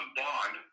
bond